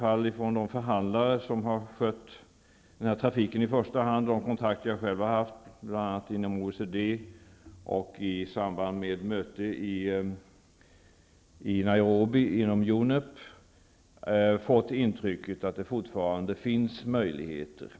Jag har från de förhandlare som i första hand skött kontakterna, och i de kontakter som jag själv har haft bl.a. inom OECD och i samband med mötet i Nairobi inom UNEP, fått intrycket att det finns möjligheter.